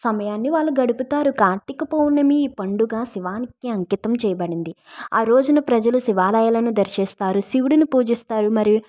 సమయాన్ని వాళ్ళు గడుపుతారు కార్తీక పౌర్ణమి పండుగ శివానికి అంకితం చేయబడింది ఆ రోజున ప్రజలు శివాలయాలను దర్శిస్తారు శివుడిని పూజిస్తారు మరి